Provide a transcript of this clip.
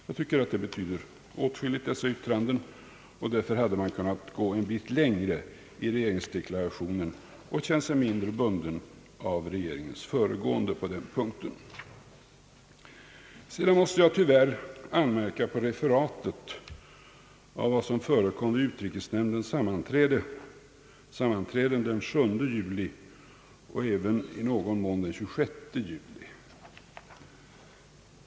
Jag tycker att dessa yttranden betyder åtskilligt, och därför hade man kunnat gå en bit längre i regeringsdeklarationen och känt sig mindre bunden av regeringens föregående på den punkten. Sedan måste jag tyvärr anmärka på referatet av vad som förekom vid utrikesnämndens sammanträden den 7 och även i någon mån den 26 juli.